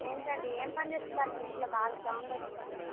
ఏంటండి ఏం పని చేేస్తున్నారు మీ ఇంట్లో బాగా సౌండ్ వస్తోంది